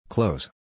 Close